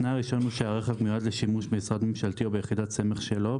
התנאי הראשון הוא שהרכב מיועד לשימוש במשרד ממשלתי או ביחידת סמך שלו,